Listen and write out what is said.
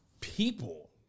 people